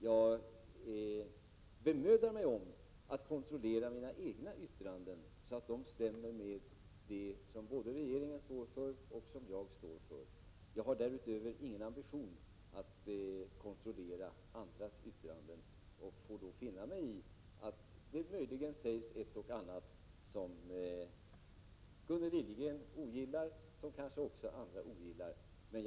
Jag bemödar mig om att kontrollera mina egna yttranden så att de stämmer både med det som regeringen står för och med det som jag själv står för. Jag har därutöver ingen ambition att kontrollera andras yttranden och får då finna mig i att det möjligen sägs ett och annat som Gunnel Liljegren och kanske också andra ogillar.